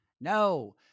No